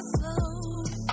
slow